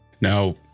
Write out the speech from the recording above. Now